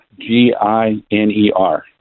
G-I-N-E-R